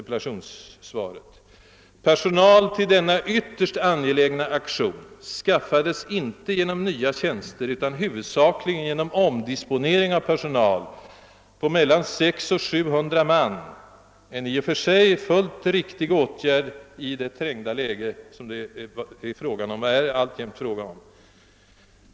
Personal till denna ytterst angelägna aktion skaffades inte genom nya tjänster utan huvudsakligen genom omdisponering av personal på mellan 600 och 700 man, en i och för sig fullt riktig åtgärd i det trängda läge som det var och alltjämt är fråga om.